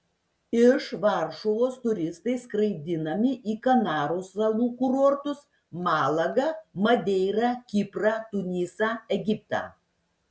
iš varšuvos turistai skraidinami į kanarų salų kurortus malagą madeirą kiprą tunisą egiptą